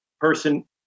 person